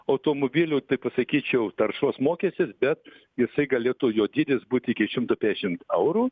automobilių taip pasakyčiau taršos mokestis bet jisai galėtų jo dydis būt iki šimto pešimt eurų